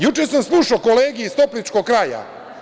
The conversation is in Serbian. Juče sam slušao kolege iz Topličkog kraja.